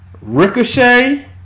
Ricochet